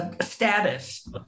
status